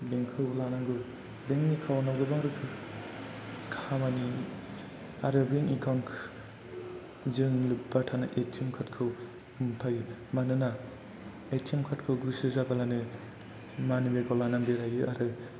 bank खौ लानांगौ bank account आव गोबां रोखोमनि खामानि आरो बेंक एकाउन्ट जों लोब्बा थानाय ए टि एम कार्ड खौ मोनफायो मानोना ए टि एम कार्ड खौ गोसो जाब्लानो मानि बेग आव लानानै बेरायो आरो